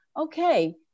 okay